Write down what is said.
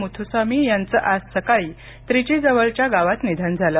मुथुसामी यांच आज सकाळी त्रिची जवळच्या गावात निधन झाल